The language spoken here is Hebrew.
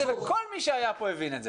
אני הבנתי את זה וכל מי שהיה כאן הבין את זה.